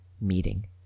meeting